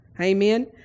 Amen